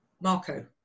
Marco